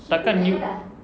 tak akan you